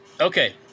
Okay